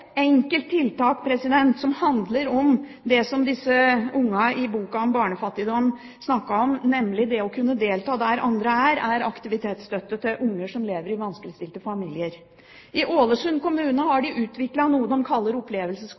disse ungene i boka om barnefattigdom snakket om, nemlig det å kunne delta der andre er, er aktivitetsstøtte til unger som lever i vanskeligstilte familier. I Ålesund kommune har de utviklet noe de kaller